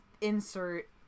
insert